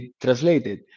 translated